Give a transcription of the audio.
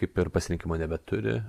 kaip ir pasirinkimo nebeturi